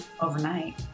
overnight